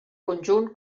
conjunt